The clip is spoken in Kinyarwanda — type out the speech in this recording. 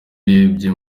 urebye